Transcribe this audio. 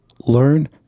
learn